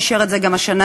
שאישר את זה גם השנה,